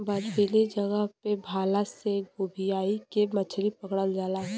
बर्फीली जगह पे भाला से गोभीयाई के मछरी पकड़ल जाला